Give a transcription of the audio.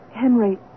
Henry